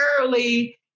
early